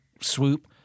swoop